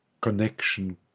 connection